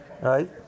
right